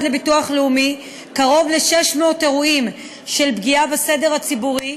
לביטוח לאומי קרוב ל-600 אירועים של פגיעה בסדר הציבורי,